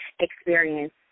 experience